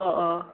অ অ